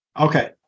Okay